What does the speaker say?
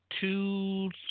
Two